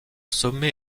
sommet